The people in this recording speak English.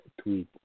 tweet